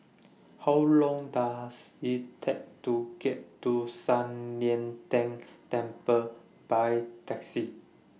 How Long Does IT Take to get to San Lian Deng Temple By Taxi